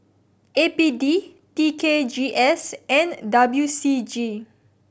A P D T K G S and W C G